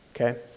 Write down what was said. okay